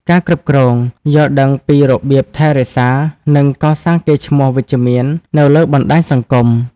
ការគ្រប់គ្រង យល់ដឹងពីរបៀបថែរក្សា និងកសាងកេរ្តិ៍ឈ្មោះវិជ្ជមាននៅលើបណ្តាញសង្គម។